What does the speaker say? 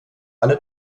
alle